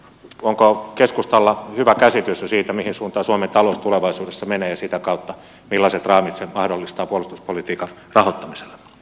onko keskustalla jo hyvä käsitys siitä mihin suuntaan suomen talous tulevaisuudessa menee ja sitä kautta millaiset raamit se mahdollistaa puolustuspolitiikan rahoittamiselle